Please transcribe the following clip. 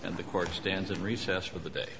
and the court stands in recess for the day